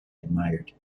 admired